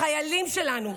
החיילים שלנו,